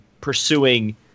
pursuing